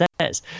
says